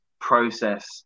process